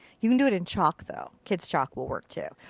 you can do it in chalk though. kid's chalk will work too.